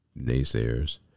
naysayers